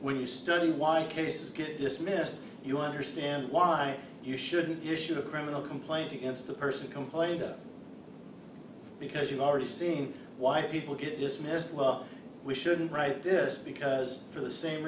when you study why cases get dismissed you understand why you shouldn't be issued a criminal complaint against the person complained because you've already seen white people get dismissed well we shouldn't write this because for the same